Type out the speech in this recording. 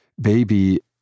baby